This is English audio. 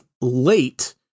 late